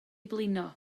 blino